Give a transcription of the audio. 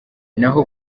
naho